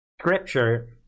Scripture